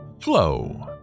flow